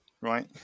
right